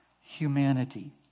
humanity